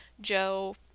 Joe